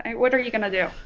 and what are you gonna do.